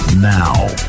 Now